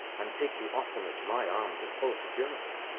and take you oftener to my arms in full security.